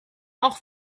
auch